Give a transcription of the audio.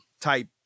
type